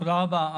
תודה רבה.